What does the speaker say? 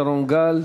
שרון גל.